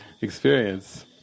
experience